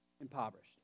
impoverished